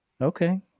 Okay